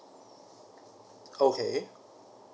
okay